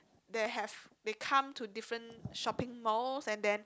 they have they come to different shopping malls and then